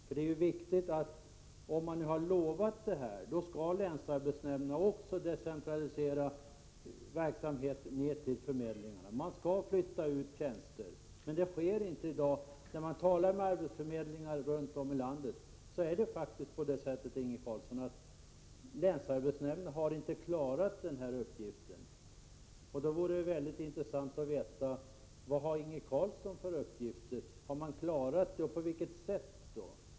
Om man nu har lovat detta, är det naturligtvis viktigt att länsarbetsnämnderna också skall decentralisera verksamheten ned till förmedlingarna. Man skall flytta ut tjänster, men det sker inte i dag. När man talar med arbetsförmedlingar runt om i landet får man snart klart för sig att det faktiskt är på det sättet, Inge Carlsson, att länsarbetsnämndernainte har klarat den uppgiften. Därför vore det mycket intressant att få veta vilket besked Inge Carlsson kan ge. Har man klarat detta, och i så fall på vilket sätt?